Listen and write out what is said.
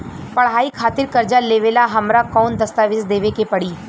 पढ़ाई खातिर कर्जा लेवेला हमरा कौन दस्तावेज़ देवे के पड़ी?